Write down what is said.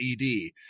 ED